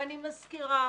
ואני מזכירה,